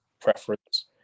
preference